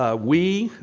ah we,